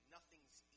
Nothing's